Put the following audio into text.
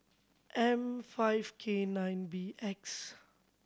M five K nine B X